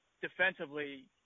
defensively